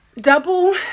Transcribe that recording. double